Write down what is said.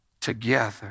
together